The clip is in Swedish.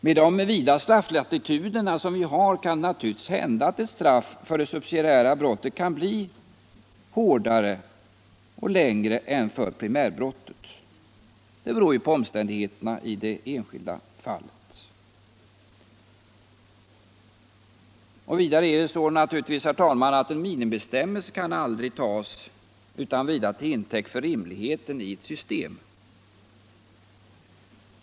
Med de vida strafflatituder vi har kan det naturligtvis hända att ett straff för det subsidiära brottet kan bli hårdare och längre än för primärbrottet. Det beror ju på omständigheterna i det enskilda fallet. Vidare kan naturligtvis en minimibestämmelse aldrig utan vidare tas till intäkt för rimligheten i ett system.